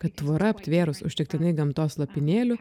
kad tvora aptvėrus užtektinai gamtos lopinėlių